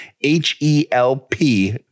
H-E-L-P